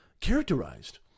characterized